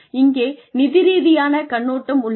இங்கே நிதி ரீதியான கண்ணோட்டம் உள்ளது